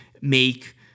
make